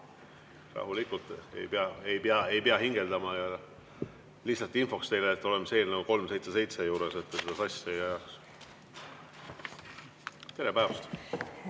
Rahulikult, ei pea hingeldama. Lihtsalt infoks teile, et oleme eelnõu 377 juures, et te sassi ei ajaks. Tere päevast!